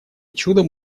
чудом